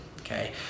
Okay